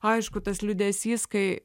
aišku tas liūdesys kai